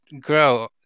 grow